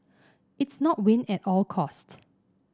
it's not win at all cost